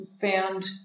found